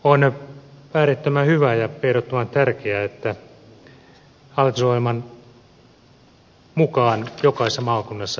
on äärettömän hyvä ja ehdottoman tärkeää että hallitusohjelman mukaan jokaisessa maakunnassa sijaitsee korkeakoulu